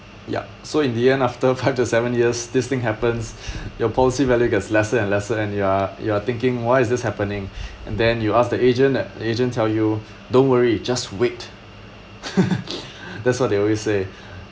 ya so in the end after five to seven years this thing happens your policy value gets lesser and lesser and you are you are thinking why is this happening and then you ask the agent the agent tell you don't worry just wait that's what they always say